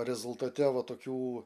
rezultate va tokių